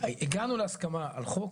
הגענו להסכמה על החוק.